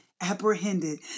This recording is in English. apprehended